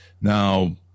Now